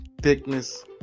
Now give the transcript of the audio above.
thickness